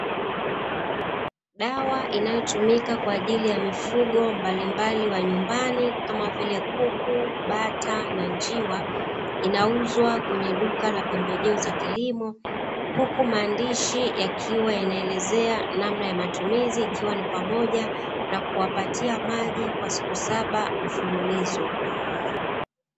Dawa inayotumika kwa ajili ya mifugo mbalimbali wa nyumbani, kama vile kuku, bata, na njiwa, inauzwa kwenye duka la pembejeo za kilimo huku maandishi yakiwa yanaelezea namna ya matumizi, ikiwa ni pamoja na kuwapatia maji kwa siku saba mfululizo.